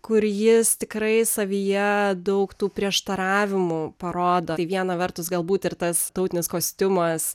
kur jis tikrai savyje daug tų prieštaravimų parodo viena vertus galbūt ir tas tautinis kostiumas